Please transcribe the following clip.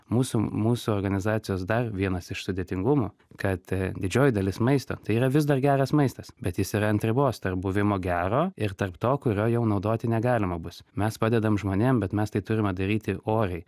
mūsų mūsų organizacijos dar vienas iš sudėtingumų kad didžioji dalis maisto tai yra vis dar geras maistas bet jis yra ant ribos tarp buvimo gero ir tarp to kurio jau naudoti negalima bus mes padedam žmonėm bet mes tai turime daryti oriai